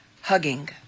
hugging